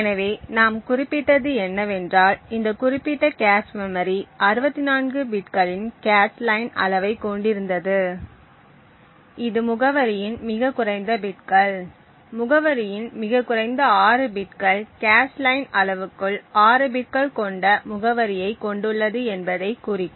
எனவே நாம் குறிப்பிட்டது என்னவென்றால் இந்த குறிப்பிட்ட கேச் மெமரி 64 பிட்களின் கேச் லைன் அளவைக் கொண்டிருந்தது இது முகவரியின் மிகக் குறைந்த பிட்கள் முகவரியின் மிகக் குறைந்த 6 பிட்கள் கேச் லைன் அளவுக்குள் 6 பிட்கள் கொண்ட முகவரியைக் கொண்டுள்ளது என்பதைக் குறிக்கும்